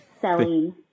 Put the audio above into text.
selling